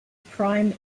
prime